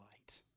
light